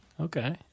Okay